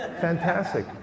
Fantastic